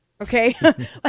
Okay